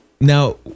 Now